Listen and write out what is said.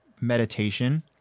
meditation